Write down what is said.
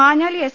Manjali S